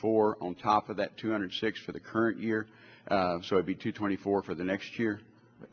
four on top of that two hundred six for the current year so every two twenty four for the next year